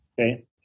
okay